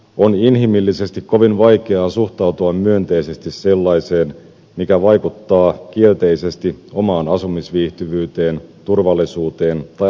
on inhimillisesti kovin vaikeaa suhtautua myönteisesti sellaiseen mikä vaikuttaa kielteisesti omaan asumisviihtyvyyteen turvallisuuteen tai lasten koulunkäyntiin